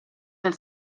del